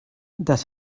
das